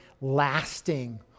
lasting